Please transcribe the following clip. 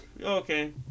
Okay